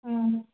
ꯎꯝ